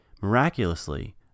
Miraculously